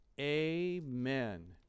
Amen